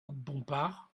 bompard